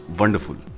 wonderful